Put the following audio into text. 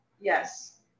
Yes